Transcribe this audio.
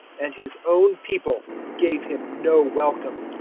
and his own people gave him no welcome.